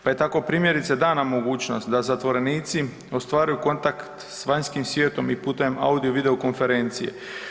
Pa je tako, primjerice, dana mogućnost da zatvorenici ostvaruju kontakt s vanjskim svijetom i putem audio i videokonferencije.